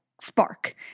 spark